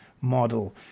model